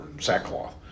sackcloth